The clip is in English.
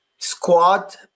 Squad